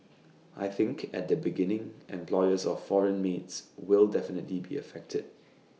I think at the beginning employers of foreign maids will definitely be affected